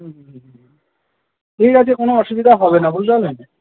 হুম হুম হুম ঠিক আছে কোন আসুবিধা হবেনা বুঝতে পারলেন